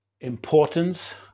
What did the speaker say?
importance